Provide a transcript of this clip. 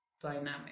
dynamic